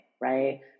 right